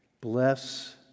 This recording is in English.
bless